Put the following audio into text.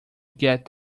get